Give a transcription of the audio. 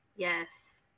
Yes